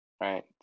right